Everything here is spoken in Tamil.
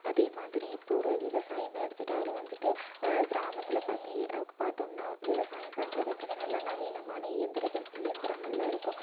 அதே மாதிரி இப்போது ஒரு விவசாயமே எடுத்துக்கிட்டாலும் வந்துட்டு கிராமத்தில் பார்த்தீங்க பார்த்தோம்னா விவசாயம் பண்றதுக்குனு நல்லா நவீனமான இயந்திரங்கள் இயந்திரங்கள்லாம் இருக்கும்